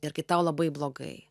ir kai tau labai blogai